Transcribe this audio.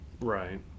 Right